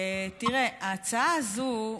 תראה, ההצעה הזאת,